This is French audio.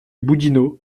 boudinot